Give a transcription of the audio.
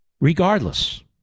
Regardless